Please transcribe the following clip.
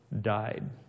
died